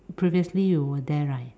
previously you were there right